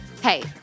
Hey